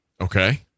Okay